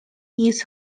its